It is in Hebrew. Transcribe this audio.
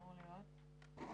תודה רבה על קיום דיון בנושא כזה